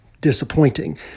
disappointing